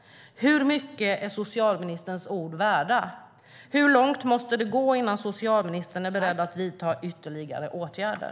Hur mycket är socialministerns ord värda? Hur långt måste det gå innan socialministern är beredd att vidta ytterligare åtgärder?